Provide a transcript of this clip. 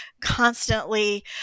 constantly